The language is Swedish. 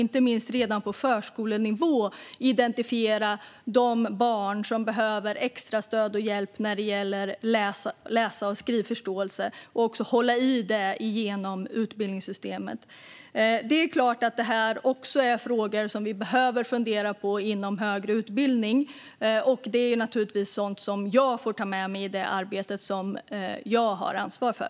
Inte minst kan vi redan på förskolenivå identifiera de barn som behöver extra stöd och hjälp när det gäller läs och skrivförståelse och hålla i detta genom utbildningssystemet. Det är klart att detta är frågor som vi behöver fundera på också inom högre utbildning. Det är naturligtvis sådant som jag får ta med mig i det arbete som jag har ansvar för.